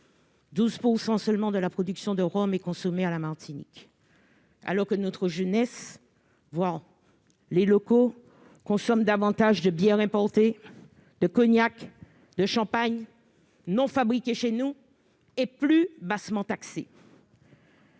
12 % seulement de la production de rhum est consommée à la Martinique. Notre jeunesse et les locaux consomment davantage de bière importée, de cognac, de champagne non fabriqués chez nous et plus faiblement taxés.